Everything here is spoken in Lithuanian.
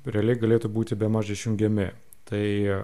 realiai galėtų būti bemaž išjungiami tai